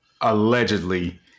Allegedly